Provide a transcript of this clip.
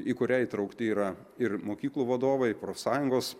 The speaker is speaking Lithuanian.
į kurią įtraukti yra ir mokyklų vadovai profsąjungos